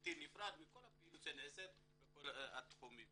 בלתי נפרד מכל הפעילות שנעשית בכל התחומים.